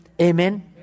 Amen